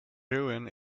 rouen